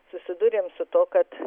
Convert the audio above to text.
susiduriam su tuo kad